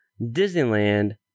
Disneyland